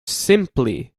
simply